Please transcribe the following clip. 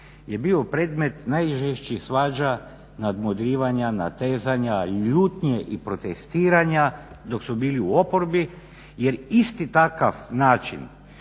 je bio predmet najžešćih svađa, nadmudrivanja, natezanja, ljutnje i protestiranja dok su bili u oporbi Jer isti takav način